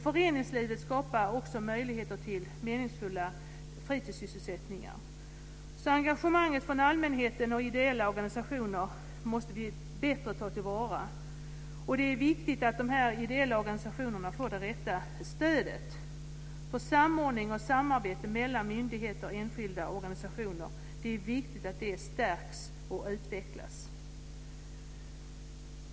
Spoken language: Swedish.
Föreningslivet skapar också möjligheter till meningsfulla fritidssysselsättningar. Engagemanget från allmänheten och de ideella organisationerna måste bättre tas till vara. Det är viktigt att de ideella organisationerna får det rätta stödet. Därför är det viktigt att samordningen och samarbetet mellan myndigheter, enskilda och organisationer stärks och utvecklas.